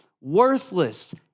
worthless